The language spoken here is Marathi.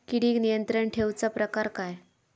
किडिक नियंत्रण ठेवुचा प्रकार काय?